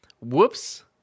Whoops